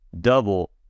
double